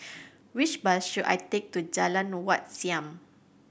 which bus should I take to Jalan Wat Siam